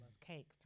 Cake